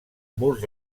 murs